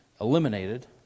eliminated